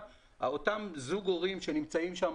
אותם זוג הורים שנמצאים שם,